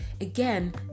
Again